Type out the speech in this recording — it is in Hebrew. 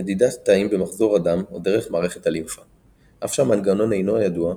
נדידת תאים במחזור הדם או דרך מערכת הלימפה - אף שהמנגנון אינו ידוע,